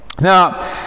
Now